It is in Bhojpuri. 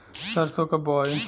सरसो कब बोआई?